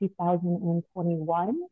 2021